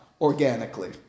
organically